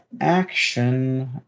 action